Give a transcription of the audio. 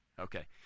okay